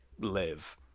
live